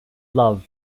love